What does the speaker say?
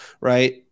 right